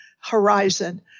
horizon